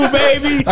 baby